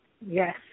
Yes